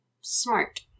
Smart